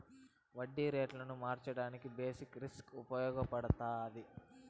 వడ్డీ రేటును మార్చడానికి బేసిక్ రిస్క్ ఉపయగపడతాది